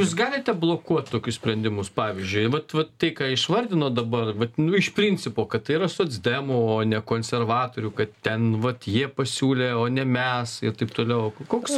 jūs galite blokuot tokius sprendimus pavyzdžiui vat vat tai ką išvardinot dabar vat nu iš principo kad tai yra socdemų o ne konservatorių kad ten vat jie pasiūlė o ne mes ir taip toliau koks